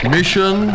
Mission